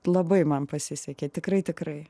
labai man pasisekė tikrai tikrai